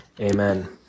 Amen